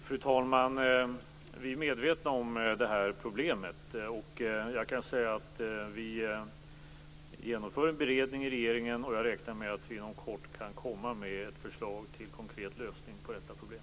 Fru talman! Vi är medvetna om det här problemet. Jag kan säga att vi genomför en beredning i regeringen, och jag räknar med att vi inom kort kan komma med ett förslag till konkret lösning på detta problem.